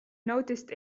noticed